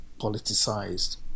politicized